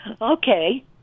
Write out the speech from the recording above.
Okay